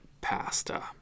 pasta